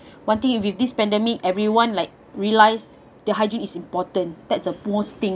one thing you with this pandemic everyone like realized their hygiene is important that's the most thing